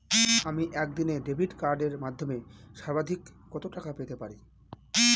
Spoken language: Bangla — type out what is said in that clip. আমি একদিনে ডেবিট কার্ডের মাধ্যমে সর্বাধিক কত টাকা পেতে পারি?